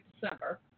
December